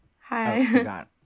Hi